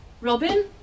Robin